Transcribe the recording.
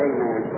Amen